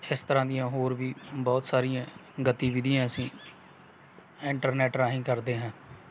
ਇਸ ਤਰ੍ਹਾਂ ਦੀਆਂ ਹੋਰ ਵੀ ਬਹੁਤ ਸਾਰੀਆਂ ਗਤੀਵਿਧੀਆਂ ਅਸੀਂ ਐਟਰਨੈੱਟ ਰਾਹੀਂ ਕਰਦੇ ਹਾਂ